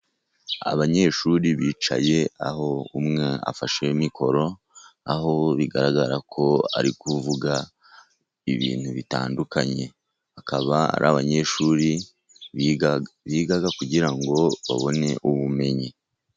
Abanyeshuri bicaye, aho umwe afashe mikoro, aho bigaragara ko ari kuvuga ibintu bitandukanye. Akaba ari abanyeshuri biga kugira ngo babone ubumenyi.